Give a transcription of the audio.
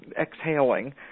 exhaling